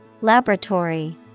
Laboratory